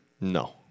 No